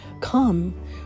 Come